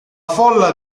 folla